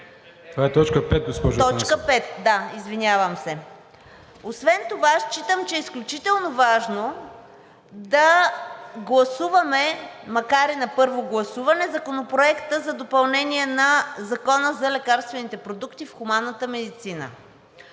ДЕСИСЛАВА АТАНАСОВА: Точка 5 – да, извинявам се. Освен това считам, че е изключително важно да гласуваме, макар и на първо гласуване, Законопроекта за допълнение на Закона за лекарствените продукти в хуманната медицина.